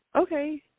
okay